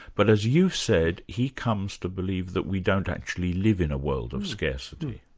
but as you've said, he comes to believe that we don't actually live in a world of scarcity.